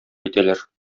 әйтәләр